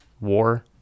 war